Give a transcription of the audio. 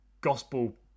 gospel